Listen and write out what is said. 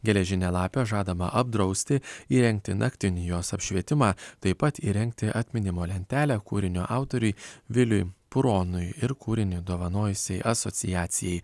geležinė lapė žadama apdrausti įrengti naktinį jos apšvietimą taip pat įrengti atminimo lentelę kūrinio autoriui viliui puronui ir kūrinį dovanojusiai asociacijai